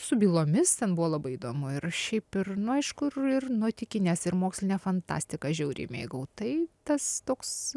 su bylomis ten buvo labai įdomu ir šiaip ir nu aišku ir ir nuotykines ir mokslinę fantastiką žiauriai mėgau tai tas toks